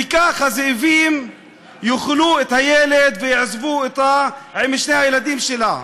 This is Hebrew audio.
וכך הזאבים יאכלו את הילד ויעזבו אותה עם שני הילדים שלה.